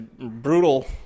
brutal